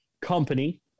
company